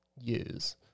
use